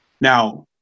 Now